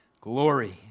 Glory